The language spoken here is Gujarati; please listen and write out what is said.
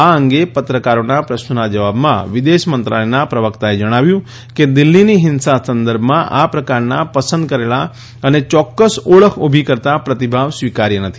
આ અંગે પત્રકારોના પ્રશ્નોના જવાબમાં વિદેશમંત્રાલયના પ્રવકતાએ જણાવ્યું કે દિલ્ફીની હીંસા સંદર્ભમાં આ પ્રકારના પસંદ કરેલા અને યોક્કસ ઓળખ ઉભી કરતા પ્રતિભાવ સ્વીકાર્ય નથી